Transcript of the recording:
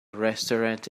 restaurant